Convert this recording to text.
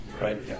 Right